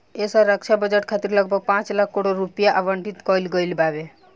ऐ साल रक्षा बजट खातिर लगभग पाँच लाख करोड़ रुपिया आवंटित कईल गईल बावे